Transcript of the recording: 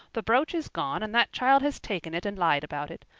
the brooch is gone and that child has taken it and lied about it.